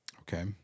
Okay